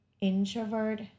introvert